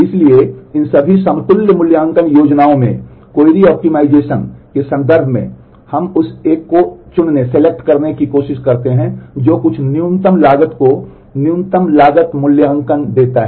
इसलिए इन सभी समतुल्य मूल्यांकन योजनाओं में से क्वेरी ऑप्टिमाइज़ेशन के संदर्भ में हम उस एक को चुनने की कोशिश करते हैं जो कुछ न्यूनतम लागत को न्यूनतम लागत मूल्यांकन देता है